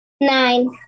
nine